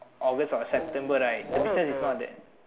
August or September right is not bad